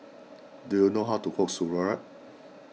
do you know how to cook Sauerkraut